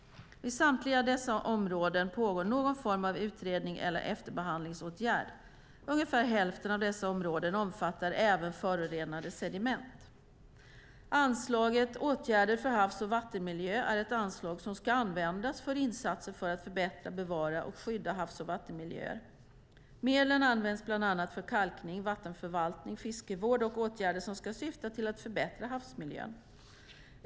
Vid samtliga dessa områden pågår någon form av utredning eller efterbehandlingsåtgärd. Ungefär hälften av dessa områden omfattar även förorenade sediment. Anslaget Åtgärder för havs och vattenmiljö är ett anslag som ska användas för insatser för att förbättra, bevara och skydda havs och vattenmiljöer. Medlen används bland annat för kalkning, vattenförvaltning, fiskevård och åtgärder som ska syfta till att förbättra havsmiljön.